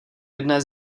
jedné